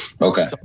Okay